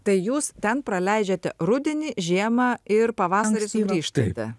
tai jūs ten praleidžiate rudenį žiemą ir pavasarį sugrįžtate